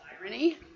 irony